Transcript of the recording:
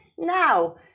Now